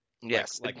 yes